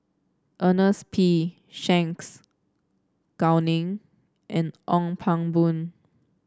Ernest P Shanks Gao Ning and Ong Pang Boon